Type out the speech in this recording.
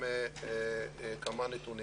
את מה שלטעמי צריך להיות מובן מאליו.